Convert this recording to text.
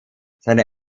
seine